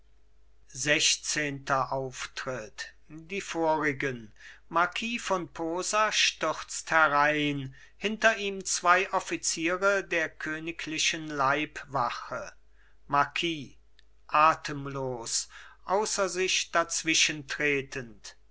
sechszehnter auftritt die vorigen marquis von posa stürzt herein hinter ihm zwei offiziere der königlichen leibwache marquis atemlos außer sich